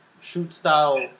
shoot-style